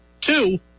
Two